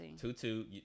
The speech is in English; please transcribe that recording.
Two-two